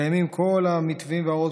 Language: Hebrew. קיימים כל המתווים וההוראות,